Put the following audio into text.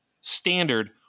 standard